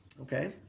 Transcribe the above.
Okay